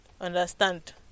understand